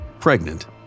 pregnant